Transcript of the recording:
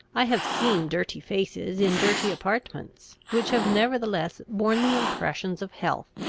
i have seen dirty faces in dirty apartments, which have nevertheless borne the impression of health,